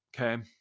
Okay